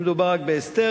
לא מדובר רק באסתר,